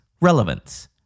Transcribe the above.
relevance